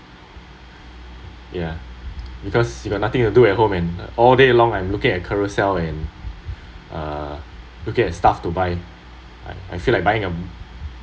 ya because you got nothing to do at home and all day long and looking at carousell and uh looking at stuff to buy I I feel like buying a